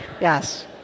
Yes